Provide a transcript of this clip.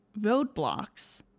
roadblocks